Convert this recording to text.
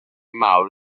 mawr